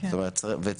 זאת אומרת אלמנטים